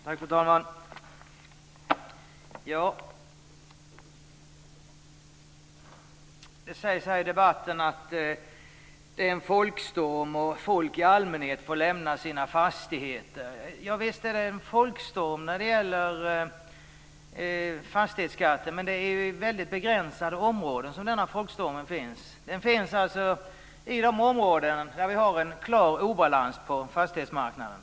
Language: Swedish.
Fru talman! Det sägs i debatten att det är en folkstorm och att människor i allmänhet får lämna sina fastigheter. Visst är det en folkstorm när det gäller fastighetsskatten. Men det är i väldigt begränsade områden som den folkstormen finns. Den finns i de områden där vi har en klar obalans på fastighetsmarknaden.